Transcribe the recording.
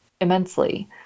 immensely